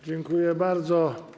Dziękuję bardzo.